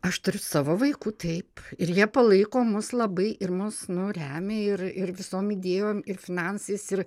aš turiu savo vaikų taip ir jie palaiko mus labai ir mus nu remia ir ir visom idėjom ir finansais ir